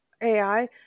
AI